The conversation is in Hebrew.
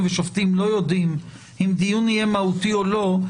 ושופטים לא יודעים אם דיון יהיה מהותי או לא,